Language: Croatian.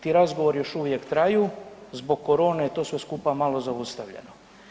Ti razgovori još uvijek traju, zbog korone i to sve skupa je malo zastavljeno.